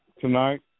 tonight